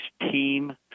team